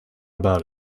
about